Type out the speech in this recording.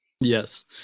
Yes